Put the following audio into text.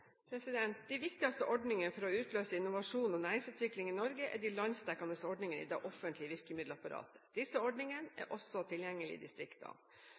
De viktigste ordninger for å utløse innovasjon og næringsutvikling i Norge er de landsdekkende ordningene i det offentlige virkemiddelapparatet. Disse ordningene er også tilgjengelig i